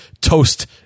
toast